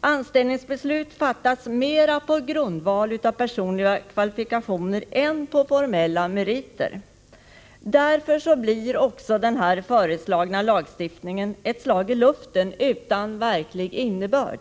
Anställningsbeslut fattas mera på grundval av personliga kvalifikationer än på formella meriter. Därför blir också den föreslagna lagstiftningen ett slag i luften utan verklig innebörd.